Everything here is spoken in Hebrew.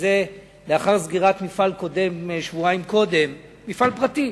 זה לאחר סגירת מפעל שבועיים קודם, מפעל פרטי